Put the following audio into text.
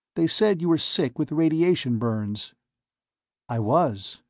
they said you were sick with radiation burns i was.